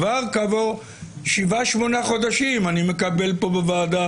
כבר כעבור 8-7 חודשים אני מקבל כאן בוועדה